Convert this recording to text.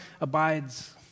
abides